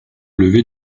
lever